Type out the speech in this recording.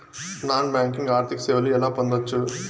Non banking ఆర్థిక సేవలు ఎలా పొందొచ్చు?